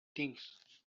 things